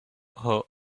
her